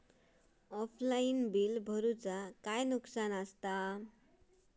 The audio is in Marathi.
ऑफलाइन बिला भरूचा काय नुकसान आसा?